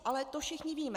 Ale to všichni víme.